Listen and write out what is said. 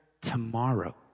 tomorrow